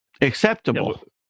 Acceptable